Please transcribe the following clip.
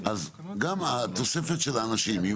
אז גם התוספת של האנשים עם